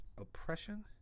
oppression